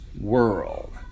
world